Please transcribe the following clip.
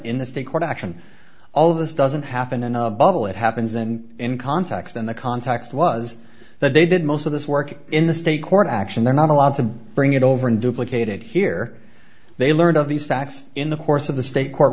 in the state court action all of this doesn't happen in a bubble it happens and in context and the context was that they did most of this work in the state court action they're not allowed to bring it over and duplicated here they learned of these facts in the course of the state court